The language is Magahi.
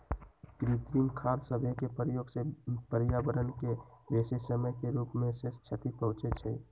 कृत्रिम खाद सभके प्रयोग से पर्यावरण के बेशी समय के रूप से क्षति पहुंचइ छइ